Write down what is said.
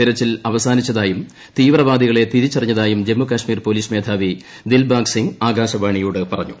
തെരച്ചിൽ അവസാനിച്ചതായും തീവ്രവാദികളെ തിരിച്ചറിഞ്ഞതായും ജമ്മുകാശ്മീർ പോലീസ് മേധാവി ദിൽബാഗ് സിംഗ് ആകാശവാണിയോട് പറഞ്ഞു